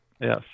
Yes